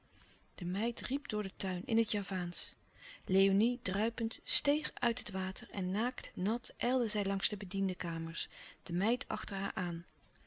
de meid riep door den tuin in het javaansch léonie druipend steeg uit het water en naakt nat ijlde zij langs de bediendenkamers de meid achter haar aan